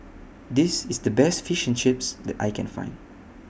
This IS The Best Fish and Chips that I Can Find